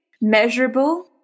measurable